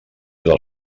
del